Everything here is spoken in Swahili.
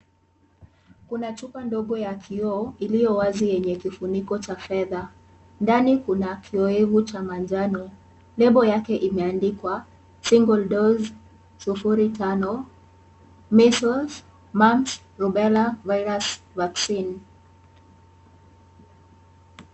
Kuna chupa ndogo ya kioo iliyo wazi yenye kifuniko cha fedha, ndani kuna kioevu cha manjano, lebo yake imeandikwa single dose sufuri tano measles, mumps, rubella virus vaccine .